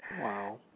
Wow